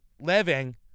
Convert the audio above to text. living